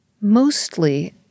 mostly